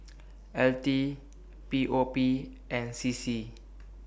L T P O P and C C